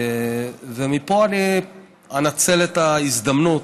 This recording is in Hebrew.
מפה אני אנצל את ההזדמנות,